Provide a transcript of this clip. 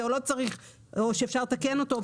או לא צריך להחליף אותו ואפשר לתקן אותו,